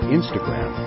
Instagram